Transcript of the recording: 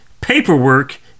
paperwork